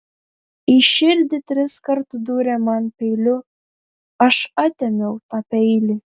į širdį triskart dūrė man peiliu aš atėmiau tą peilį